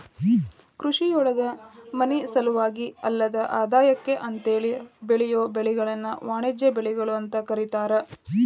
ಕೃಷಿಯೊಳಗ ಮನಿಸಲುವಾಗಿ ಅಲ್ಲದ ಆದಾಯಕ್ಕ ಅಂತೇಳಿ ಬೆಳಿಯೋ ಬೆಳಿಗಳನ್ನ ವಾಣಿಜ್ಯ ಬೆಳಿಗಳು ಅಂತ ಕರೇತಾರ